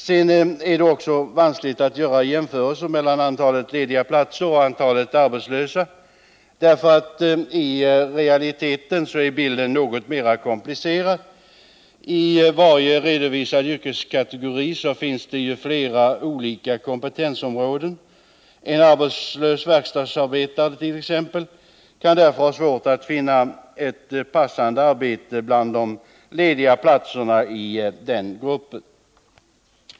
Det är också vanskligt att göra jämförelser mellan antalet lediga platser och antalet arbetslösa, därför att i realiteten är bilden något mera komplicerad. I varje redovisad yrkeskategori finns det ju flera olika kompetensområden. En arbetslös verkstadsarbetare t.ex. kan därför ha svårt att finna ett passande arbete bland de lediga platserna i den gruppen.